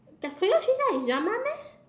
the treasure green card is drama meh